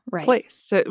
place